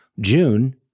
June